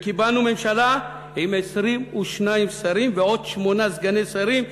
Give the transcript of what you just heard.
וקיבלנו ממשלה עם 22 שרים ועוד שמונה סגני שרים.